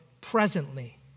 presently